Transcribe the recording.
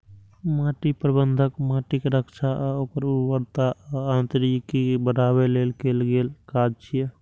माटि प्रबंधन माटिक रक्षा आ ओकर उर्वरता आ यांत्रिकी कें बढ़ाबै लेल कैल गेल काज छियै